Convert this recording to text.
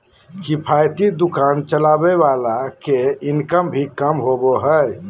किफायती दुकान चलावे वाला के इनकम भी कम होबा हइ